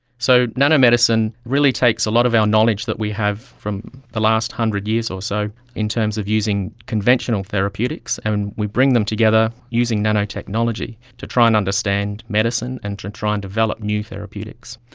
so nano-medicine really takes a lot of our knowledge that we have from the last one hundred years or so in terms of using conventional therapeutics, and we bring them together using nanotechnology to try and understand medicine and to try and develop new therapeutics.